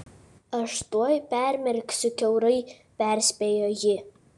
aš tuoj permirksiu kiaurai perspėjo ji